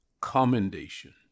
commendation